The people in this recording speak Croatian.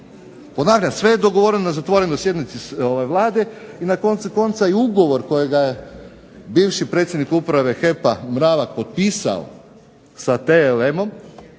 Ponavljam, sve je dogovoreno na zatvorenoj sjednici Vlade i na koncu konca i ugovor kojega je bivši predsjednik Uprave HEP-a Mravak potpisao sa TLM-om